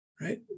Right